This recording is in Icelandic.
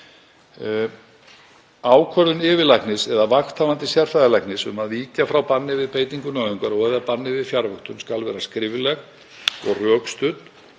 Ákvörðun yfirlæknis eða vakthafandi sérfræðilæknis um að víkja frá banni við beitingu nauðungar og/eða banni við fjarvöktun skal vera skrifleg og rökstudd